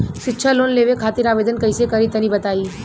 शिक्षा लोन लेवे खातिर आवेदन कइसे करि तनि बताई?